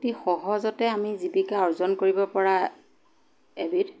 অতি সহজতে আমি জীৱিকা অৰ্জন কৰিব পৰা এবিধ